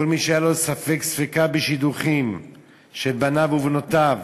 כל מי שהיה לו ספק ספיקא בשידוכים של בניו ובנותיו,